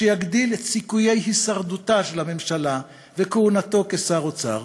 שיגדיל את סיכויי הישרדותה של הממשלה וכהונתו כשר האוצר.